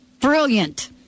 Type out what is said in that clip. Brilliant